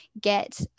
get